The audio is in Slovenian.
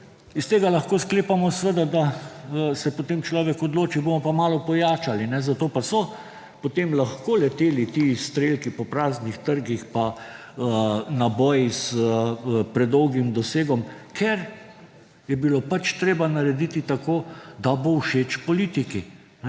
Iz tega lahko sklepamo, da se potem človek odloči, bomo pa malo pojačali, zato pa so potem lahko leteli ti izstrelki po praznih trgih pa naboji s predolgim dosegom, ker je bilo pač treba narediti tako, da bo všeč politiki.